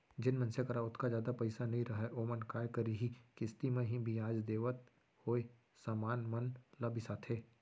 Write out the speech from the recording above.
जेन मनसे करा ओतका जादा पइसा नइ रहय ओमन काय करहीं किस्ती म ही बियाज देवत होय समान मन ल बिसाथें